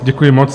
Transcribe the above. Děkuji moc.